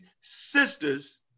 sisters